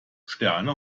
sterne